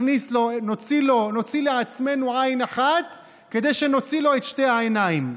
נוציא לעצמנו עין אחת כדי שנוציא לו את שתי העיניים.